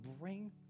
bring